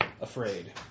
afraid